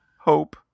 hope